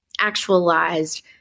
actualized